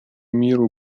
миру